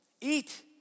Eat